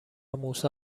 موسی